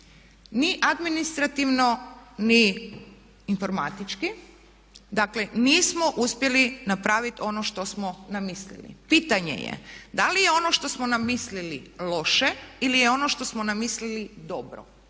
ni administrativno ni informatički, dakle nismo uspjeli napraviti ono što smo namislili. Pitanje je da li je ono što smo namislili loše ili je ono što smo namislili dobro.